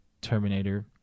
Terminator